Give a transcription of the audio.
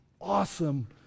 awesome